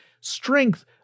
strength